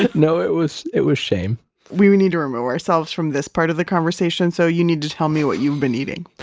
no, it was it was shame we we need to remove ourselves from this part of the conversation so you need to tell me what you've been eating